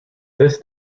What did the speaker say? this